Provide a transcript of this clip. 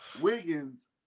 Wiggins